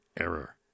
error